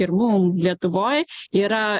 ir mum lietuvoj yra